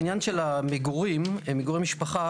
העניין של מגורי משפחה,